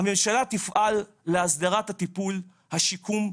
הממשלה תפעל להסדרת הטיפול השיקום,